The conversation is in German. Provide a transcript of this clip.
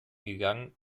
gegangen